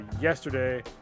Yesterday